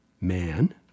man